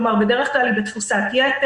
כלומר בדרך כלל היא בתפוסת יתר,